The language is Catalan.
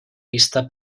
pista